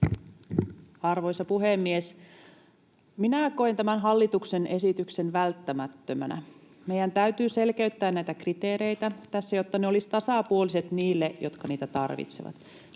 Arvoisa puhemies! Minä koen tämän hallituksen esityksen välttämättömänä. Meidän täytyy selkeyttää näitä kriteereitä tässä, jotta ne olisivat tasapuoliset niille, jotka niitä tarvitsevat.